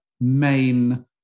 main